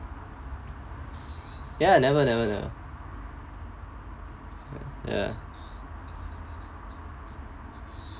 ya never never never ya